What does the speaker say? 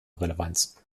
relevanz